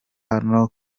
hano